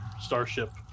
starship